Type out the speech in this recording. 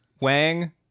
Wang